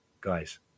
guys